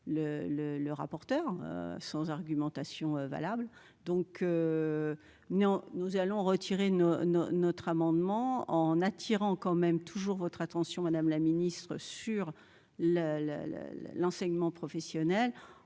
le rapporteur sans argumentation valable donc non nous allons retirer nos nos notre amendement en attirant quand même toujours votre attention madame la Ministre sur la la la la, l'enseignement professionnel,